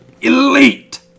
elite